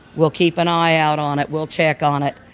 we'll keep an eye out on it we'll check on it.